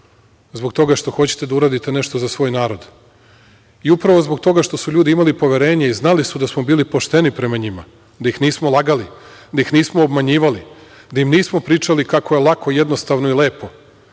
zbog toga što hoćete da uradite nešto za svoj narod. Upravo zbog toga što su ljudi imali poverenje i znali su da smo bili pošteni prema njima, da ih nismo lagali, da ih nismo obmanjivali, da im nismo pričali kako je lako, jednostavno i lepo,